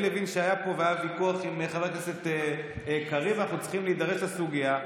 חבר הכנסת סעדה.